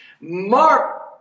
Mark